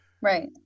Right